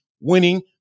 winning